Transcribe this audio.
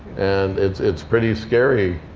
and it's it's pretty scary.